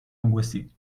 angoissé